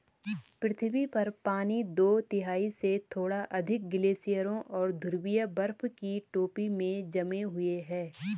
पृथ्वी पर पानी दो तिहाई से थोड़ा अधिक ग्लेशियरों और ध्रुवीय बर्फ की टोपी में जमे हुए है